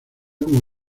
como